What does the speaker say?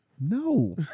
No